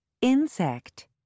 Insect